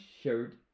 shirt